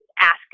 ask